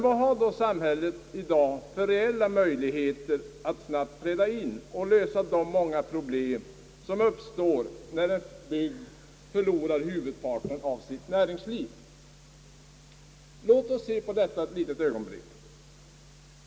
Vad har då samhället i dag för reella möjligheter att snabbt träda in och lösa de många problem som uppstår när en bygd förlorar huvudparten av sitt näringsliv? Låt oss se på detta ett ögonblick.